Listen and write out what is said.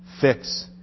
Fix